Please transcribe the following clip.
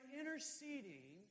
interceding